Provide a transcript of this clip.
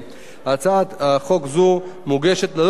הצעת חוק זו מוגשת ללא הסתייגויות,